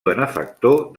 benefactor